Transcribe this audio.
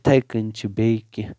اِتھٕے کٔنۍ چھِ بیٚیہِ کینہہ